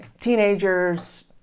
teenagers